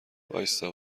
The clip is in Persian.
وایستا